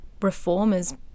reformers